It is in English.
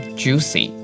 Juicy